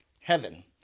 heaven